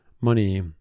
money